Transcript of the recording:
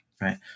right